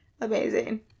Amazing